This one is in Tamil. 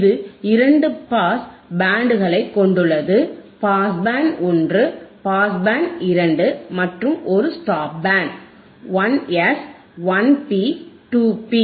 இது இரண்டு பாஸ் பேண்டுகளை கொண்டுள்ளது பாஸ் பேண்ட் ஒன்று பாஸ் பேண்ட் இரண்டு மற்றும் ஒரு stop band 1 S 1 P 2 B